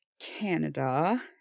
Canada